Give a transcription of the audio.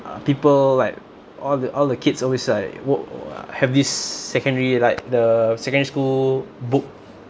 uh people like all the all the kids always like wo~ uh have this secondary like the secondary school book